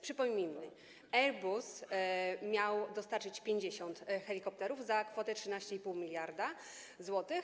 Przypomnijmy: Airbus miał dostarczyć 50 helikopterów za kwotę 13,5 mld zł,